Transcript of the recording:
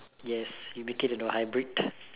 yes you make it into hybrid